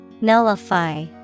Nullify